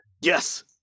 Yes